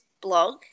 blog